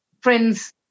friends